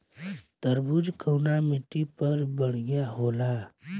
तरबूज कउन माटी पर बढ़ीया होला?